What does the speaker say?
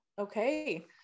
Okay